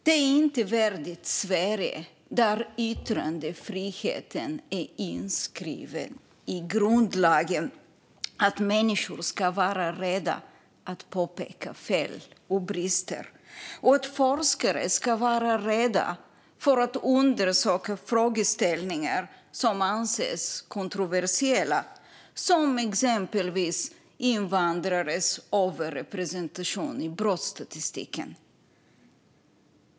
Det är inte värdigt Sverige, där yttrandefriheten är inskriven i grundlagen, att människor ska vara rädda att påpeka fel och brister och att forskare ska vara rädda att undersöka frågeställningar som anses kontroversiella, exempelvis invandrares överrepresentation i brottsstatistiken.